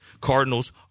Cardinals